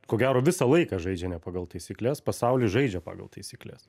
ko gero visą laiką žaidžia ne pagal taisykles pasaulis žaidžia pagal taisykles